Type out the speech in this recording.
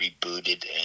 rebooted